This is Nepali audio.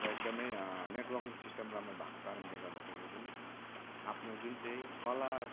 र एकदमै नेटवकिङ सिस्टम राम्रो भएको कारणले गर्दाखेरि पनि आफ्नो जुन चाहिँ कला